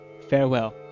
Farewell